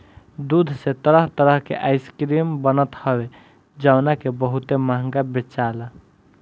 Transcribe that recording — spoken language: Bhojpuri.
दूध से तरह तरह के आइसक्रीम बनत हवे जवना के बहुते महंग बेचाला